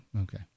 okay